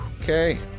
Okay